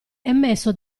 emesso